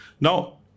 Now